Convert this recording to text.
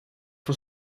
van